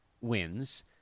wins